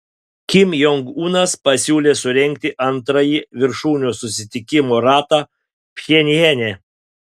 kim jong unas pasiūlė surengti antrąjį viršūnių susitikimo ratą pchenjane